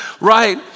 right